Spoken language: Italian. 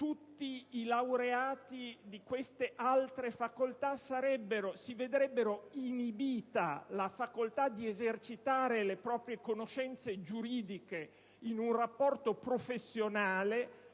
Tutti i laureati di queste altre facoltà si vedrebbero inibita la possibilità di esercitare le proprie conoscenze giuridiche in un rapporto professionale,